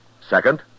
Second